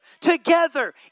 Together